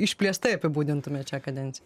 išplėstai apibūdintumėt šią kadenciją